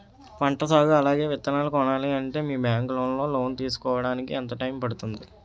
పంట సాగు అలాగే విత్తనాలు కొనాలి అంటే మీ బ్యాంక్ లో లోన్ తీసుకోడానికి ఎంత టైం పడుతుంది?